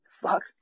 Fuck